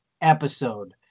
episode